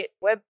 web